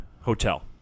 hotel